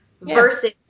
versus